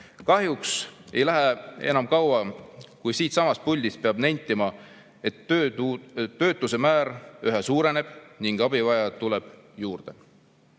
kahjuks ei lähe enam kaua, kui siitsamast puldist peab nentima, et töötuse määr ühe suureneb ning abivajajaid tuleb juurde.